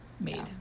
made